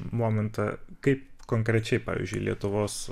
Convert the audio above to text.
momentą kaip konkrečiai pavyzdžiui lietuvos